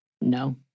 No